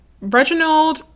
Reginald